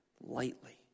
lightly